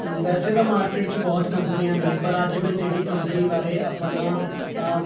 ਵੈਸੇ ਤਾਂ ਮਾਰਕੀਟ 'ਚ ਬਹੁਤ ਕੰਪਨੀਆਂ ਨੇ ਪਰ ਅੱਜ ਮੈਂ ਜਿਹੜੀ ਕੰਪਨੀ ਬਾਰੇ ਆਪਣਾ